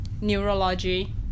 neurology